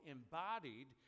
Embodied